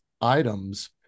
items